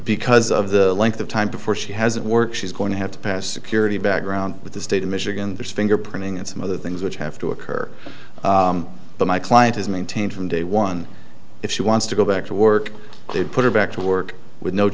because of the length of time before she hasn't worked she's going to have to pass a security background with the state of michigan this fingerprinting and some other things which have to occur but my client has maintained from day one if she wants to go back to work they put her back to work with no